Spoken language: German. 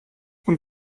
und